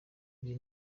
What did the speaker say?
ibi